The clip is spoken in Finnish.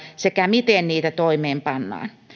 sekä miten niitä toimeenpannaan